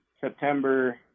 September